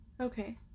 Okay